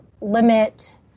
limit